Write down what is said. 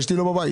אשתי לא בבית.